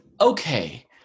okay